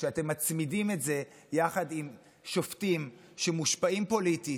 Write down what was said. כשאתם מצמידים את זה יחד עם שופטים שמושפעים פוליטית